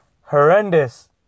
horrendous